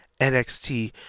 nxt